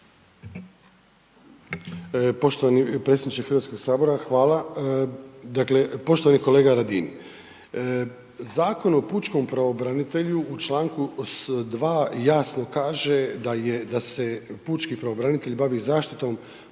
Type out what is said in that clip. Poštovani predsjedniče HS-a, hvala. Dakle, poštovani kolega Radin. Zakon o pučkom pravobranitelju u čl. 2 jasno kaže da se pučki pravobranitelj bavi zaštitom,